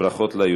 נתקבל.